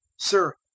sir,